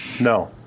No